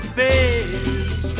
face